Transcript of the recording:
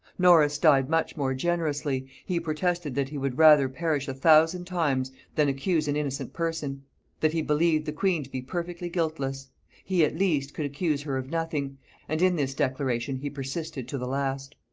norris died much more generously he protested that he would rather perish a thousand times than accuse an innocent person that he believed the queen to be perfectly guiltless he, at least, could accuse her of nothing and in this declaration he persisted to the last.